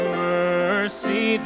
mercy